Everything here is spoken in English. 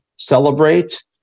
Celebrate